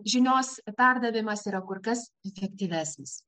žinios perdavimas yra kur kas efektyvesnis